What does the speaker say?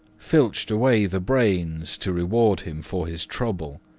filched away the brains to reward him for his trouble.